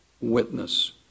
witness